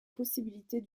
possibilités